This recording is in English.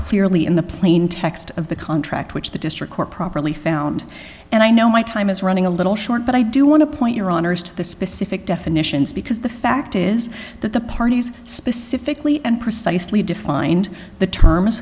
clearly in the plain text of the contract which the district court properly found and i know my time is running a little short but i do want to point your honour's to the specific definitions because the fact is that the parties specifically and precisely defined the term